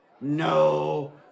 no